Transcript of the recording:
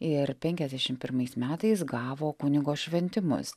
ir penkiasdešim pirmais metais gavo kunigo šventimus